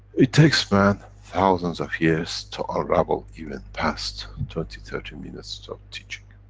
it takes man thousand of years to unravel even past twenty, thirty minutes of teaching.